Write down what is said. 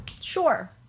Sure